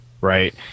right